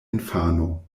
infano